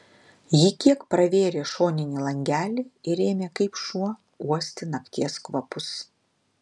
ji kiek pravėrė šoninį langelį ir ėmė kaip šuo uosti nakties kvapus